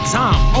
time